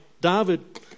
David